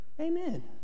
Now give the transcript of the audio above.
Amen